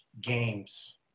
games